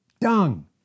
Dung